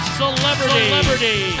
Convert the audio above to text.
celebrity